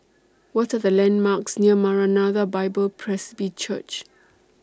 What Are The landmarks near Maranatha Bible Presby Church